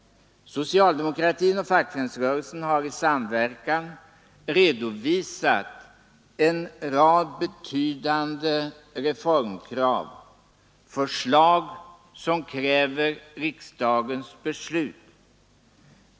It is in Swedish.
Socialdemokratin och fackföreningsrörelsen har i samvekan redovisat en rad betydande reformkrav, förslag som kräver riksdagens beslut.